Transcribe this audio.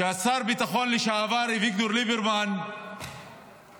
ששר הביטחון לשעבר אביגדור ליברמן פרש